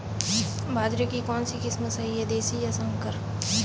बाजरे की कौनसी किस्म सही हैं देशी या संकर?